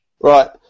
Right